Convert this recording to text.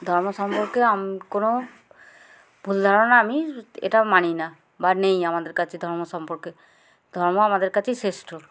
ধর্ম সম্পর্কে কোনো ভুল ধারণা আমি এটা মানি না বা নেই আমাদের কাছে ধর্ম সম্পর্কে ধর্ম আমাদের কাছেই শ্রেষ্ঠ